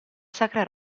sacra